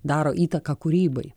daro įtaką kūrybai